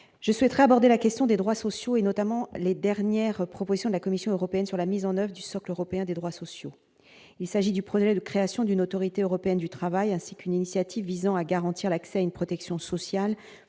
je souhaiterais aborder la question des droits sociaux et notamment les dernières propositions de la Commission européenne sur la mise en oeuvre du socle européen des droits sociaux, il s'agit du projet de création d'une autorité européenne du travail ainsi qu'une initiative visant à garantir l'accès à une protection sociale